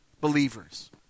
believers